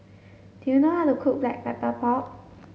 do you know how to cook black pepper pork